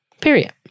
Period